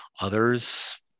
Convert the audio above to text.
Others